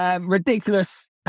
Ridiculous